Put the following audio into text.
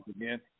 again